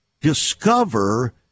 discover